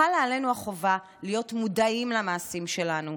חלה עלינו החובה להיות מודעים למעשים שלנו,